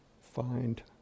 find